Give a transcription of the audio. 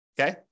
Okay